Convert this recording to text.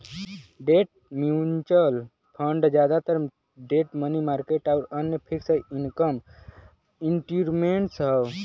debt mutual fund जादातर debt money market आउर अन्य फिक्स्ड इनकम इंस्ट्रूमेंट्स हौ